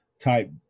type